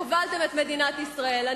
הובלתם את מדינת ישראל אליה.